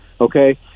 Okay